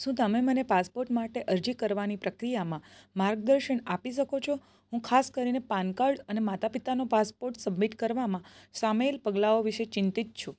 શું તમે મને પાસપોર્ટ માટે અરજી કરવાની પ્રક્રિયામાં માર્ગદર્શન આપી શકો છો હું ખાસ કરીને પાન કાર્ડ અને માતાપિતાનો પાસપોર્ટ સબમિટ કરવામાં સામેલ પગલાંઓ વિશે ચિંતિત છું